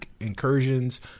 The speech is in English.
incursions